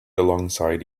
alongside